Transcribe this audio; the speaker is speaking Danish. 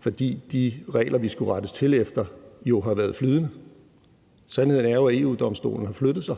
fordi de regler, vi skulle rette til efter, jo har været flydende. Sandheden er jo, at EU-Domstolen har flyttet sig,